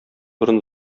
борын